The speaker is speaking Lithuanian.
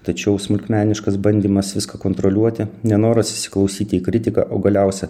tačiau smulkmeniškas bandymas viską kontroliuoti nenoras įsiklausyti į kritiką o galiausia